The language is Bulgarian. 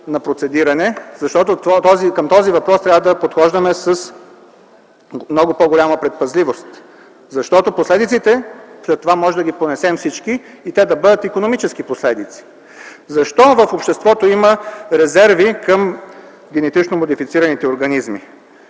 на процедиране, защото към този въпрос трябва да подхождаме с много по-голяма предпазливост. Последиците след това можем да ги понесем всички и те да бъдат икономически последици. Защо в обществото има резерви към генетично модифицираните организми?